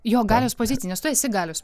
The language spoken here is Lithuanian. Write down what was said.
jo galios pozicinės tu esi galios